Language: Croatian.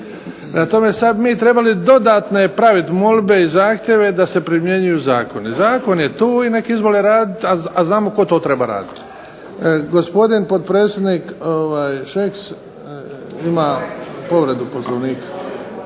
tome sad bi mi trebali dodatne praviti molbe i zahtjeve da se primjenjuju zakoni. Zakon je tu i nek izvole raditi, a znamo tko to treba raditi. Gospođin potpredsjednik Šeks ima povredu Poslovnika.